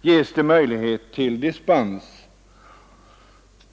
ges det möjlighet till dispens.